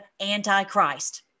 Antichrist